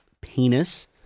penis